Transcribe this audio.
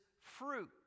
fruit